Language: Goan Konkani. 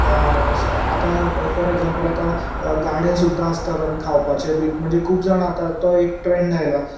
आतां फॉर एग्जांपल आतां गाडे सुद्दा आसतात आमी खावपाचे बी म्हणजे खूब जाणां आतां तो एक ट्रेंड आयला